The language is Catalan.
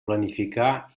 planificar